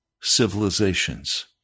civilizations